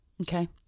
Okay